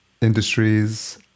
industries